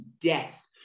death